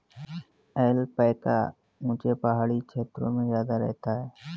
alpaca ऊँचे पहाड़ी क्षेत्रों में ज्यादा रहता है